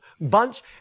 bunch